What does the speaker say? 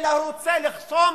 אלא הוא רוצה לחסום